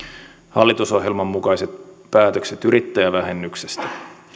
hallitusohjelman mukaiset päätökset yrittäjävähennyksestä